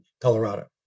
Colorado